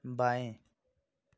बाएँ